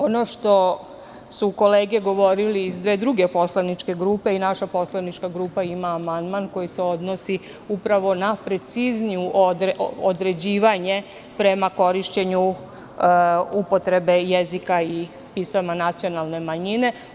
Ono što su kolege govorile iz dve druge poslaničke grupe, i naša poslanička grupa ima amandman koji se odnosi upravo na preciznije određivanje prema korišćenju upotrebe jezika i pisama nacionalne manjine.